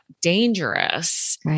dangerous